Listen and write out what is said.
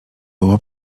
było